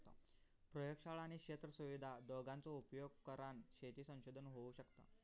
प्रयोगशाळा आणि क्षेत्र सुविधा दोघांचो उपयोग करान शेती संशोधन होऊ शकता